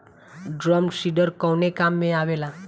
Drum seeder कवने काम में आवेला?